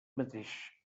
mateix